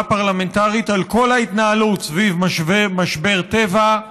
פרלמנטרית על כל ההתנהלות סביב משבר טבע.